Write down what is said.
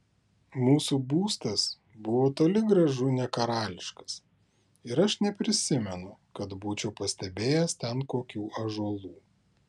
mūsų būstas buvo toli gražu ne karališkas ir aš neprisimenu kad būčiau pastebėjęs ten kokių ąžuolų